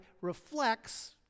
reflects